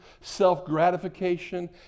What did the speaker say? self-gratification